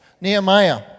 Nehemiah